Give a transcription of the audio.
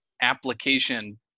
application